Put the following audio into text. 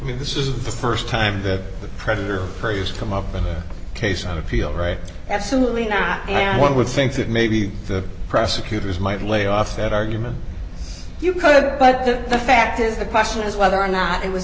as this is the st time that the predator prey is come up with a case on appeal right absolutely not and one would think that maybe the prosecutors might lay off that argument you could but the fact is the question is whether or not it w